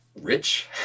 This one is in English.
rich